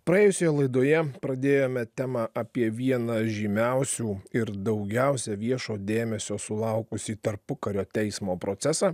praėjusioje laidoje pradėjome temą apie vieną žymiausių ir daugiausia viešo dėmesio sulaukusį tarpukario teismo procesą